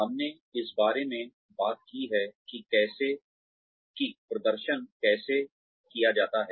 हमने इस बारे में बात की है कि प्रदर्शन कैसे किया जाता है